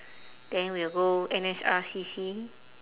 then we'll go N_S_R_C_C